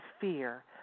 fear